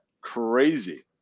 crazy